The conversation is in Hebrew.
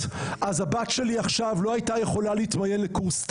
אז הבת שלי עכשיו לא הייתה יכולה להתמיין לקורס טיס.